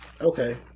okay